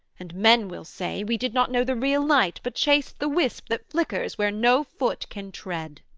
and men will say we did not know the real light, but chased the wisp that flickers where no foot can tread